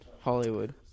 Hollywood